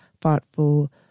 thoughtful